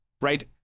Right